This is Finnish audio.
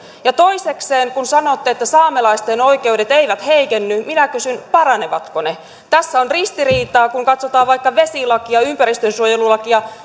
ja toisekseen kun sanotte että saamelaisten oikeudet eivät heikenny minä kysyn paranevatko ne tässä on ristiriitaa kun katsotaan vaikka vesilakia ympäristönsuojelulakia